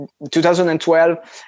2012